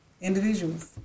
individual's